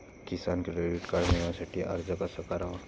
किसान credit card मिळवण्यासाठी अर्ज कसा करावा?